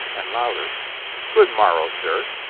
and louder good morrow, sir.